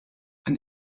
ein